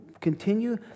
continue